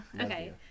Okay